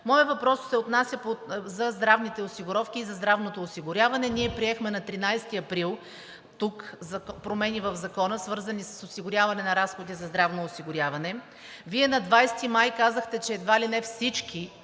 Моят въпрос се отнася за здравните осигуровки и за здравното осигуряване. Ние приехме на 13 април тук промени в закона, свързани с осигуряване на разходи за здравно осигуряване. Вие на 20 май казахте, че едва ли не всички